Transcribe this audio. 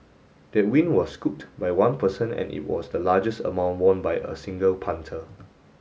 that win was scooped by one person and it was the largest amount won by a single punter